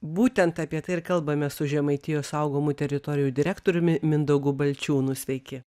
būtent apie tai ir kalbamės su žemaitijos saugomų teritorijų direktoriumi mindaugu balčiūnu sveiki